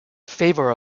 favor